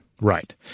Right